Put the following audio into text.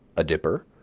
a dipper,